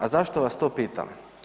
A zašto vas to pitam?